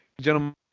Gentlemen